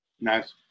Nice